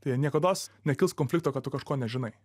tai niekados nekils konflikto kad tu kažko nežinai